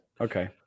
okay